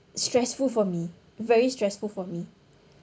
stressful for me very stressful for me